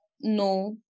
No